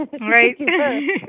Right